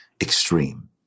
extreme